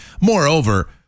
moreover